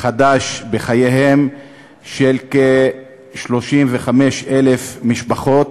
חדש בחייהן של כ-35,000 משפחות,